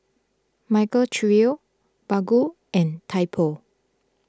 Michael Trio Baggu and Typo